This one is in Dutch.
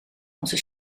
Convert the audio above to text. onze